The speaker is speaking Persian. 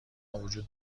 وجود